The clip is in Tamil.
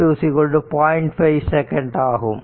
5 செகண்ட் ஆகும்